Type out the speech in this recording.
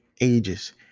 ages